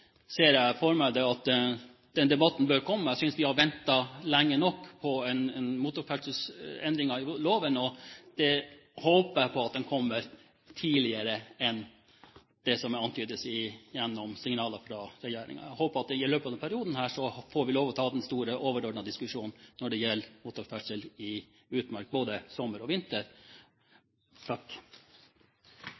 ser jeg for meg at den debatten bør komme. Jeg synes vi har ventet lenge nok på motorferdselsendringen i loven. Jeg håper at den kommer tidligere enn det som antydes i signaler fra regjeringen. Jeg håper at vi i løpet av denne perioden får lov til å ta den store, overordnede diskusjonen når det gjelder motorferdsel i utmark både sommer og vinter.